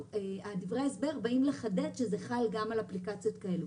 דברי ההסבר באים לחדד שזה חל גם על האפליקציות האלו.